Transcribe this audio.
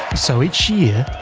so each year,